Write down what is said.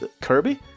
Kirby